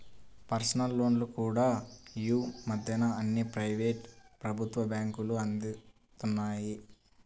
personal లోన్లు కూడా యీ మద్దెన అన్ని ప్రైవేటు, ప్రభుత్వ బ్యేంకులూ అందిత్తన్నాయి